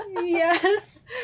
Yes